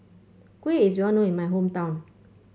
kuih is well known in my hometown